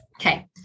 Okay